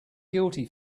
guilty